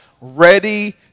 ready